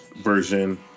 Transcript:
version